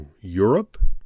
Europe